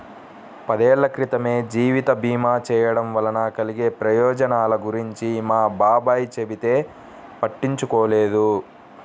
పదేళ్ళ క్రితమే జీవిత భీమా చేయడం వలన కలిగే ప్రయోజనాల గురించి మా బాబాయ్ చెబితే పట్టించుకోలేదు